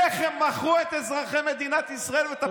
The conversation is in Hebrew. איך הם מכרו את אזרחי מדינת ישראל ואת הפריפריה.